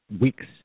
weeks